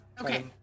okay